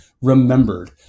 remembered